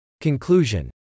Conclusion